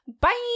Bye